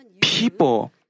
people